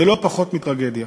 זה לא פחות מטרגדיה.